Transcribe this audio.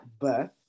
birth